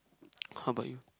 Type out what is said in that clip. how about you